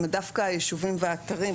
זאת אומרת דווקא היישובים והאתרים,